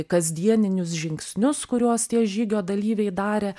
kasdieninius žingsnius kuriuos tie žygio dalyviai darė